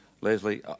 Leslie